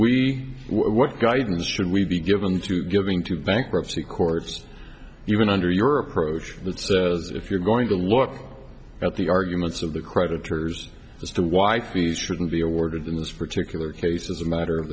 we what guidance should we be given to giving to bankruptcy courts even under your approach that says if you're going to look at the arguments of the creditors as to why fees shouldn't be awarded in this particular case as a matter of